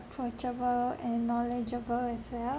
approachable and knowledgeable as well